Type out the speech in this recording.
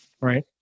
Right